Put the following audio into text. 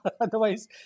Otherwise